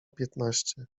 piętnaście